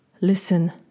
listen